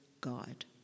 God